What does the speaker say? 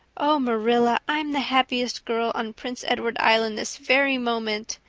oh marilla, i'm the happiest girl on prince edward island this very moment.